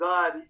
God